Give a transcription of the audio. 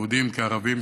יהודים כערבים,